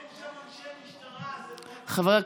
אין שם אנשי משטרה, זה פרקליטות המדינה.